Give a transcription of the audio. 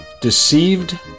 deceived